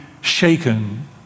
shaken